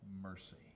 mercy